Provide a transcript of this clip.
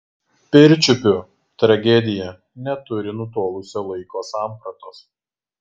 pirčiupių tragedija neturi nutolusio laiko sampratos